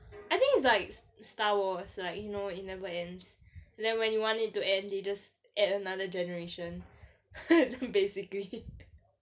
I think it's like star wars like you know it never ends then when you want it to end they just add another generation basically